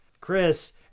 Chris